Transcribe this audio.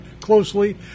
closely